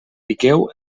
piqueu